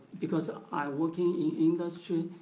because i working in industry,